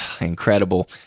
incredible